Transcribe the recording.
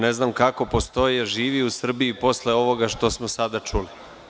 Ne znam kako postoje živi u Srbiji posle ovoga što smo sada čuli.